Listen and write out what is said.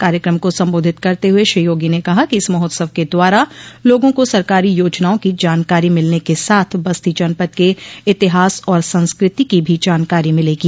कार्यक्रम को संबोधित करते हुए श्री योगी ने कहा कि इस महोत्सव के द्वारा लोगों को सरकारी योजनाओं की जानकारी मिलने के साथ बस्ती जनपद के इतिहास और संस्कृति की भी जानकारी मिलेगी